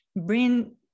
bring